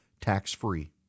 tax-free